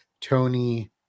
Tony